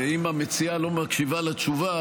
אם המציעה לא מקשיבה לתשובה,